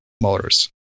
motors